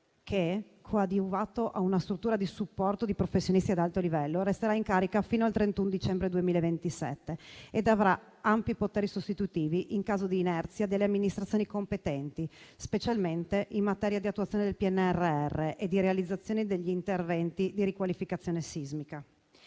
che, coadiuvato da una struttura di supporto di professionisti ad alto livello, resterà in carica fino al 31 dicembre 2027 e avrà ampi poteri sostitutivi in caso di inerzia delle amministrazioni competenti, specialmente in materia di attuazione del PNRR e di realizzazione degli interventi di riqualificazione sismica.